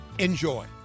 Enjoy